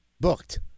booked